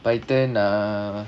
python uh